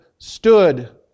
stood